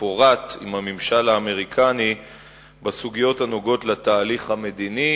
ומפורט עם הממשל האמריקני בסוגיות הנוגעות לתהליך המדיני